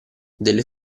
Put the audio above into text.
delle